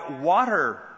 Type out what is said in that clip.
water